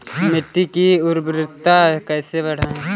मिट्टी की उर्वरता कैसे बढ़ाएँ?